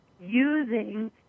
using